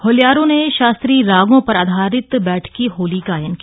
होल्यारों ने शास्त्रीय रागों पर आधारित बैठकी होली गायन किया